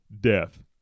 death